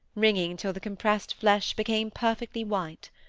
wringing till the compressed flesh became perfectly white.